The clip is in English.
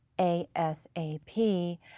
A-S-A-P